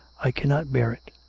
i cannot bear it.